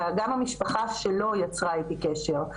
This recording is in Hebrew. גם המשפחה שלו יצרה איתי קשר,